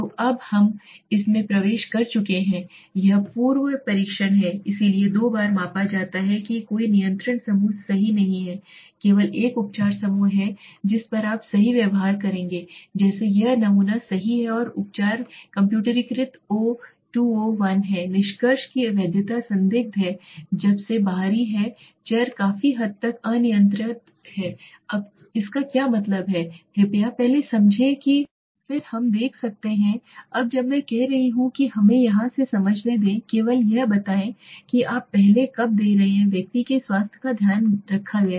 तो अब हम इसमें प्रवेश कर चुके हैं यह पूर्व परीक्षण है इसलिए दो बार मापा जाता है कि कोई नियंत्रण समूह सही नहीं है केवल एक उपचार समूह है जिस पर आप सही व्यवहार करेंगे जैसे यह एक नमूना सही है और उपचार कम्प्यूटरीकृत ओ 2 ओ 1 है निष्कर्ष की वैधता संदिग्ध है जब से बाहरी है चर काफी हद तक अनियंत्रित हैं अब इसका क्या मतलब है कृपया पहले समझें फिर हम देख सकते हैं अब जब मैं कह रहा हूं कि हमें यहां से समझने दें केवल यह बताएं कि आप पहले कब दे रहे हैं व्यक्ति के स्वास्थ्य का ध्यान रखा गया